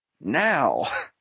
Now